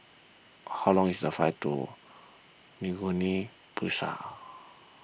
how long is the flight to Guinea Bissau